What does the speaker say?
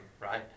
right